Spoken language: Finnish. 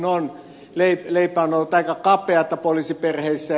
leipä on ollut aika kapeata poliisiperheissä